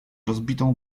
rozbitą